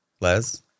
Les